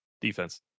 defense